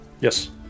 Yes